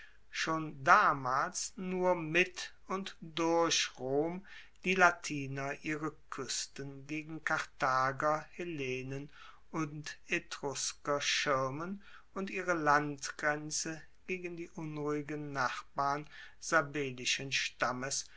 schon damals nur mit und durch rom die latiner ihre kuesten gegen karthager hellenen und etrusker schirmen und ihre landgrenze gegen die unruhigen nachbarn sabellischen stammes